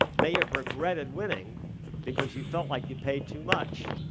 may have regretted winning because you felt like you paid too much.